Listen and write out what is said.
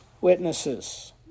witnesses